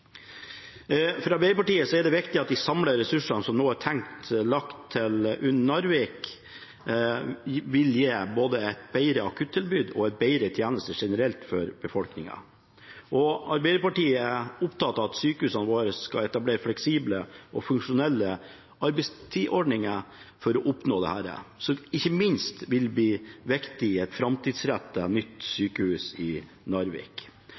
For Arbeiderpartiet er det viktig at de samlede ressursene som nå er tenkt lagt til Narvik, vil gi både et bedre akuttilbud og bedre tjenester generelt for befolkningen. Arbeiderpartiet er opptatt av at sykehusene våre skal etablere fleksible og funksjonelle arbeidstidsordninger for å oppnå dette som ikke minst vil bli viktig i et framtidsrettet nytt sykehus i Narvik.